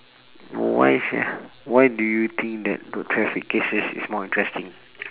why sia why do you think that the traffic cases is more interesting